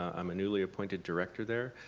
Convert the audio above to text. i'm a newly appointed director there.